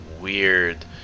weird